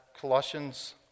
Colossians